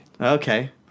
Okay